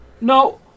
No